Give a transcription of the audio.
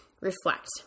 reflect